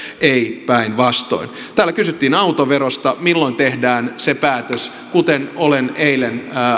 ei päinvastoin täällä kysyttiin autoverosta milloin tehdään se päätös kuten olen eilen